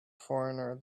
foreigner